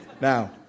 Now